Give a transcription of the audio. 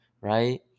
right